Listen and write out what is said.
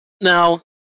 now